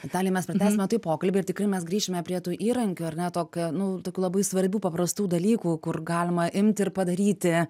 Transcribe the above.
vitalija mes pratęsime tuoj pokalbį ir tikrai mes grįšime prie tų įrankių ar ne to ka nu tokių labai svarbių paprastų dalykų kur galima imti ir padaryti